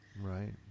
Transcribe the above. Right